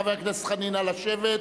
חבר הכנסת חנין, נא לשבת.